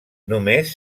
només